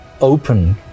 open